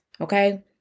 Okay